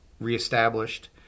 reestablished